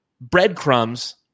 breadcrumbs